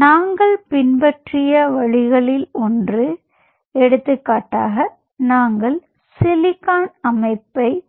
நாங்கள் பின்பற்றிய வழிகளில் ஒன்று எடுத்துக்காட்டாக நாங்கள் சிலிக்கான் அமைப்பை நீங்கள்